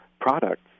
products